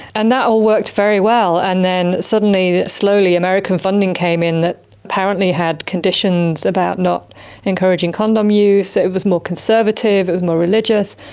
and that all worked very well. and then suddenly slowly american funding came in that apparently had conditions about not encouraging condom use, so it was more conservative, it was more religious,